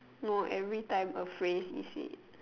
no every time a phrase is said